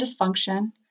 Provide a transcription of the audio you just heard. dysfunction